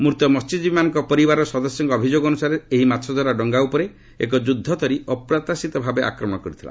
ମୃତ ମହ୍ୟଜୀବୀଙ୍କ ପରିବାରର ସଦସ୍ୟଙ୍କ ଅଭିଯୋଗ ଅନୁସାରେ ଏହି ମାଛଧରା ଡଙ୍ଗା ଉପରେ ଏକ ଯୁଦ୍ଧତରି ଅପ୍ରତ୍ୟାସିତ ଭାବେ ଆକ୍ରମଣ କରିଥିଲା